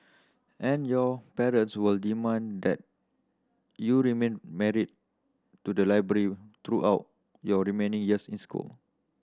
and your parents will demand that you remain married to the library throughout your remaining years in school